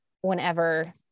whenever